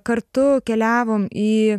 kartu keliavom į